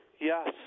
Yes